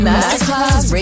Masterclass